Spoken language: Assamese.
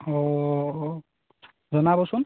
অঁ জনাবচোন